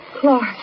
Clark